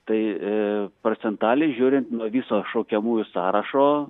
tai procentaliai žiūrint nuo viso šaukiamųjų sąrašo